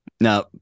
now